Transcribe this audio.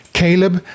caleb